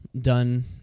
done